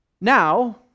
Now